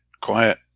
Quiet